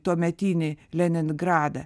tuometinį leningradą